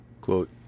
Quote